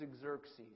Xerxes